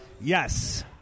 Yes